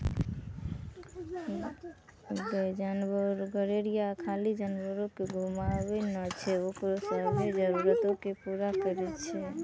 गरेरिया खाली जानवरो के घुमाबै नै छै ओकरो सभ्भे जरुरतो के पूरा करै छै